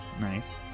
Nice